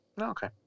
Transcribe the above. Okay